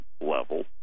level